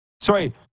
Sorry